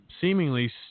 seemingly